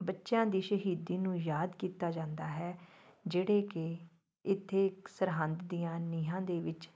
ਬੱਚਿਆਂ ਦੀ ਸ਼ਹੀਦੀ ਨੂੰ ਯਾਦ ਕੀਤਾ ਜਾਂਦਾ ਹੈ ਜਿਹੜੇ ਕਿ ਇੱਥੇ ਸਰਹੰਦ ਦੀਆਂ ਨੀਹਾਂ ਦੇ ਵਿੱਚ